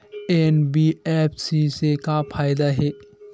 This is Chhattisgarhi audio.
एन.बी.एफ.सी से का फ़ायदा हे?